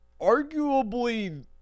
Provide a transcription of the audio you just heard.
arguably